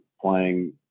playing